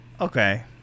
Okay